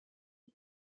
his